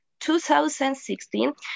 2016